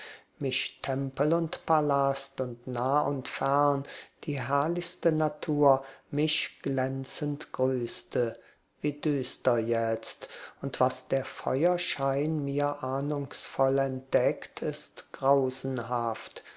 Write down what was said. mich tempel und palast und nah und fern die herrlichste natur mich glänzend grüßte wie düster jetzt und was der feuerschein mir ahnungsvoll entdeckt ist grausenhaft